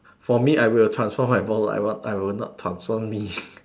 for me I will transform my boss I will not transform me